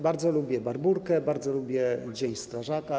Bardzo lubię Barbórkę, bardzo lubię dzień strażaka.